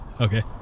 Okay